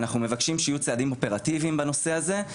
אנחנו מבקשים שיהיו צעדים אופרטיביים בנושא הזה.